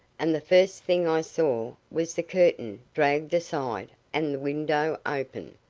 and the first thing i saw was the curtain dragged aside and the window open.